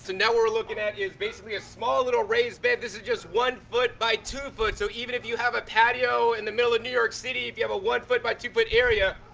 now what we're looking at is basically a small little raised bed. this is just one foot by two foot, so even if you have a patio in the middle of new york city, if you have a one foot by two foot area,